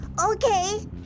Okay